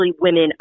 women